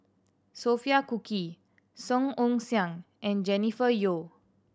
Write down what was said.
Sophia Cooke Song Ong Siang and Jennifer Yeo